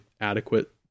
adequate